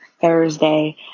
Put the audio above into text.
Thursday